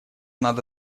надо